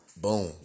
Boom